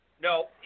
No